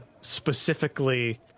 specifically